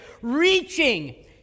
reaching